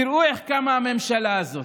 תראו איך קמה הממשלה הזאת: